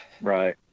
right